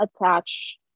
attach